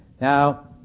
Now